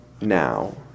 now